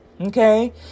Okay